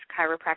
chiropractic